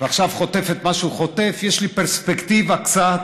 ועכשיו חוטף את מה שהוא חוטף, יש לי פרספקטיבה קצת